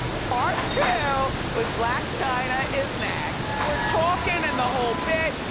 part two with blac chyna is next. we're talking in the whole bit,